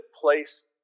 place